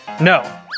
No